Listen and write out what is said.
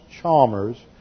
Chalmers